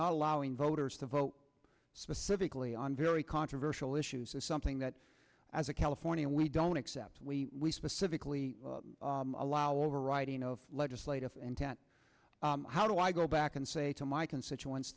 not allowing voters to vote specifically on very controversial issues is something that as a californian we don't except we we specifically allow overriding of legislative intent how do i go back and say to my constituents